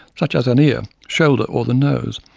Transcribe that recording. such as an ear, shoulder or the nose,